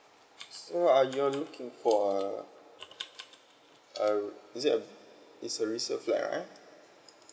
so uh you're looking for a a is it a is a resale flat right